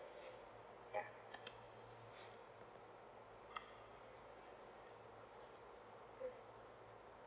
mm ya mm